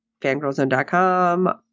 fangirlzone.com